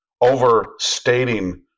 Overstating